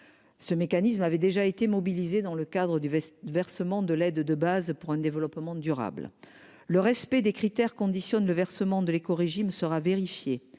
Ce mécanisme avait déjà été mobilisés dans le cadre du versement de l'aide de base pour un développement durable. Le respect des critères conditionnent le versement de l'éco-régime sera vérifié